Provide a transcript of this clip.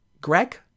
Greg